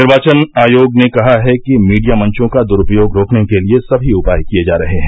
निर्वाचन आयोग ने कहा है कि मीडिया मंचों का दुरुपयोग रोकने के लिए सभी उपाय किए जा रहे हैं